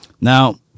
Now